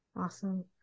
Awesome